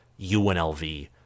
UNLV